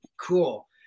Cool